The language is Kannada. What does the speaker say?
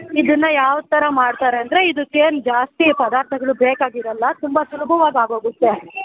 ಇದನ್ನ ಯಾವ ಥರ ಮಾಡ್ತಾರೆ ಅಂದರೆ ಇದಕ್ಕೆ ಏನೂ ಜಾಸ್ತಿ ಪದಾರ್ಥಗಳು ಬೇಕಾಗಿರೋಲ್ಲ ತುಂಬ ಸುಲಭವಾಗಿ ಆಗೋಗುತ್ತೆ